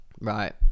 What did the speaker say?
right